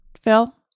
Phil